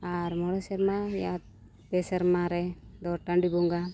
ᱟᱨ ᱢᱚᱬᱮ ᱥᱮᱨᱢᱟ ᱢᱮᱭᱟᱫ ᱯᱮ ᱥᱮᱨᱢᱟ ᱨᱮᱫᱚ ᱴᱟᱺᱰᱤ ᱵᱚᱸᱜᱟ